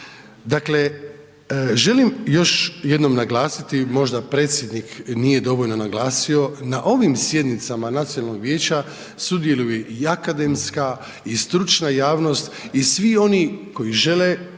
Dakle, želim još jednom naglasiti možda predsjednik nije dovoljno naglasio na ovim sjednicama nacionalnog vijeća sudjeluju i akademska i stručna javnost i svi oni koji žele se